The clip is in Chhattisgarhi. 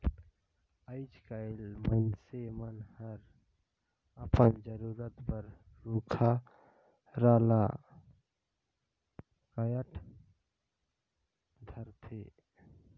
आयज कायल मइनसे मन हर अपन जरूरत बर रुख राल कायट धारथे